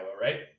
right